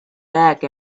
back